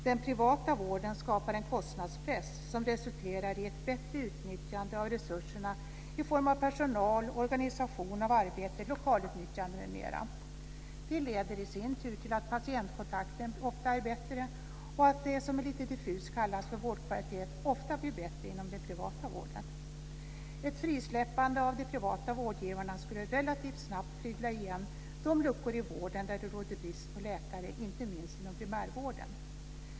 Den privata vården skapar en kostnadspress som resulterar i ett bättre utnyttjande av resurserna i form av personal, organisation av arbetet, lokalutnyttjande m.m. Det leder i sin tur till att patientkontakten ofta är bättre och att det som lite diffust kallas för vårdkvalitet ofta blir bättre inom den privata vården. Ett frisläppande av de privata vårdgivarna skulle relativt snabbt fylla igen de luckor i vården där det råder brist på läkare - inte minst inom primärvården.